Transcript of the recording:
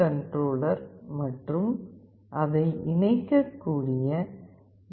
controller மற்றும் அதை இணைக்க கூடிய யூ